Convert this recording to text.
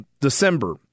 December